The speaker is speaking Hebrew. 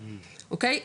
אוקי,